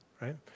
Right